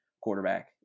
quarterback